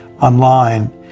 online